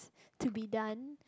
to be done